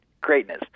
greatness